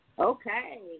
Okay